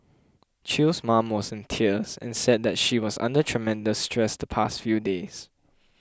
Chew's mom was in tears and said that she was under tremendous stress the past few days